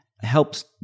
helps